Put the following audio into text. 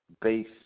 base